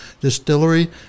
Distillery